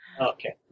Okay